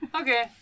Okay